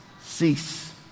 cease